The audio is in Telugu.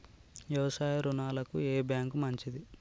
వ్యవసాయ రుణాలకు ఏ బ్యాంక్ మంచిది?